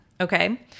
Okay